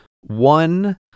One